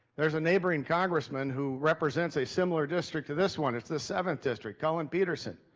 there's a neighboring congressman who represents a similar district to this one. it's the seventh district, collin peterson.